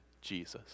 Jesus